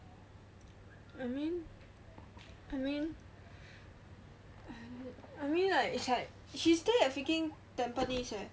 I mean I mean I mean like it's like he stay at freaking tampines eh